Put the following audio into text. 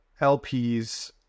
LPs